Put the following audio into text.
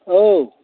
औ